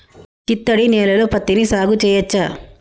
చిత్తడి నేలలో పత్తిని సాగు చేయచ్చా?